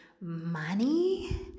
money